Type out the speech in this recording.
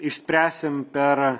išspręsim per